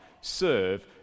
serve